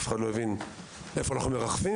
אף אחד לא הבין איפה אנחנו מרחפים,